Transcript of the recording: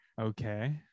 okay